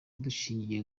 dushingiye